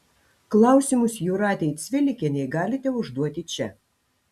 klausimus jūratei cvilikienei galite užduoti čia